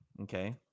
Okay